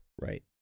Right